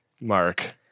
Mark